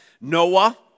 Noah